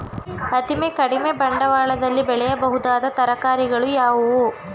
ಅತೀ ಕಡಿಮೆ ಬಂಡವಾಳದಲ್ಲಿ ಬೆಳೆಯಬಹುದಾದ ತರಕಾರಿಗಳು ಯಾವುವು?